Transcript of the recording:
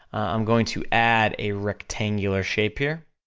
i'm going to add a rectangular shape here,